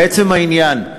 לעצם העניין,